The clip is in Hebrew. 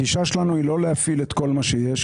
הגישה שלנו היא לא להפעיל את כל מה שישי,